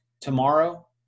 tomorrow